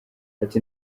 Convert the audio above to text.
ati